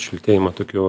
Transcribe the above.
šiltėjimo tokiu